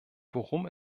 worum